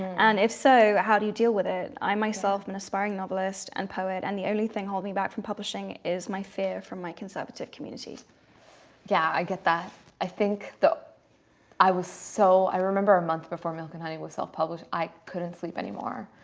and if so, how do you deal with it? i myself an aspiring novelist and poet and the only thing holding me back from publishing is my fear from my conservative community yeah, i get that. i think that i was so i remember a month before milk, and honey was self-published i couldn't sleep anymore.